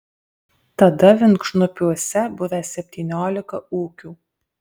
tada vinkšnupiuose buvę septyniolika ūkių